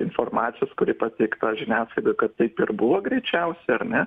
informacijos kuri pateikta žiniasklaidoj kad taip ir buvo greičiausiai ar ne